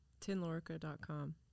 Tinlorica.com